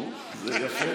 נו, זה יפה.